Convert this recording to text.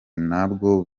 ntabwo